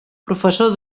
professor